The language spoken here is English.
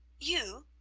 you,